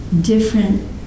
different